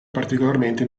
particolarmente